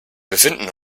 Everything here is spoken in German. befinden